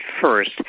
first